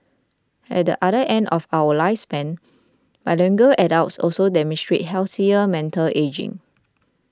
at the other end of our lifespan bilingual adults also demonstrate healthier mental ageing